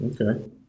Okay